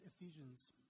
Ephesians